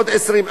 עוד 20,